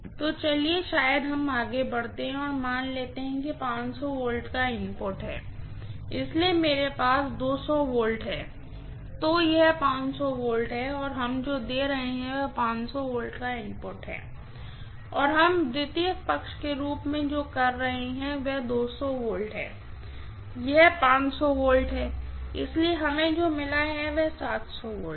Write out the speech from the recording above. तो चलिए शायद हम आगे बढ़ते हैं और मान लेते हैं कि यह V का इनपुट है इसलिए मेरे पास V है तो यह V है और हम जो दे रहे हैं वह V का इनपुट है और हम सेकेंडरी साइड के रूप में जो कर रहे हैं वह यह है V यह V है इसलिए हमें जो मिला है वह V है ठीक है